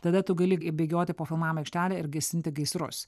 tada tu gali bėgioti po filmavimo aikštelę ir gesinti gaisrus